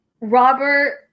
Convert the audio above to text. Robert